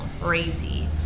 crazy